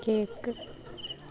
cake